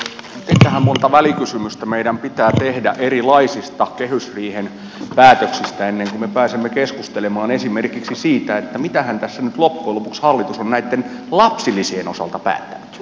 mitenkähän monta välikysymystä meidän pitää tehdä erilaisista kehysriihen päätöksistä ennen kuin me pääsemme keskustelemaan esimerkiksi siitä että mitähän tässä nyt loppujen lopuksi hallitus on näitten lapsilisien osalta päättänyt